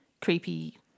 creepy